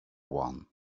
one